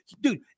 Dude